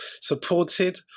supported